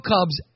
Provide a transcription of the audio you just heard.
Cubs